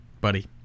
buddy